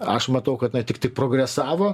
aš matau kad jinai tiktai progresavo